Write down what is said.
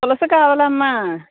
పులస కావాలా అమ్మా